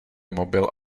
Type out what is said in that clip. mobil